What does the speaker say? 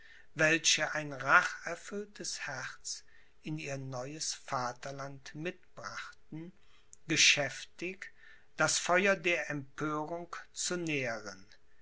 welche ein racherfülltes herz in ihr neues vaterland mitbrachten geschäftig das feuer der empörung zu nähren